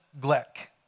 Gleck